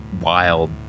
wild